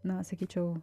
na sakyčiau